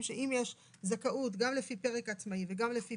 שאם יש זכאות גם לפי פרק העצמאי וגם לפי